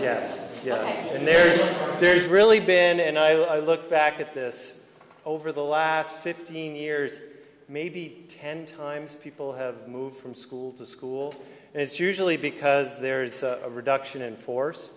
yes yes and there's there's really been and i look back at this over the last fifteen years maybe ten times people have moved from school to school and it's usually because there is a